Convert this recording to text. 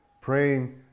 Praying